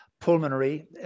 pulmonary